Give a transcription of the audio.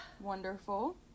Wonderful